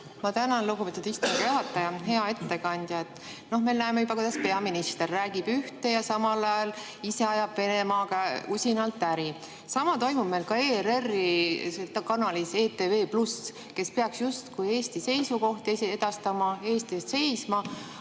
Ma tänan, lugupeetud istungi juhataja! Hea ettekandja! Me näeme juba, kuidas peaminister räägib ühte ja samal ajal ise ajab Venemaaga usinalt äri. Sama toimub ka ERR‑i kanalis ETV+, kus tuleks justkui Eesti seisukohti edastada, Eesti eest